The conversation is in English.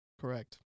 Correct